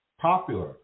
popular